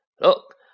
Look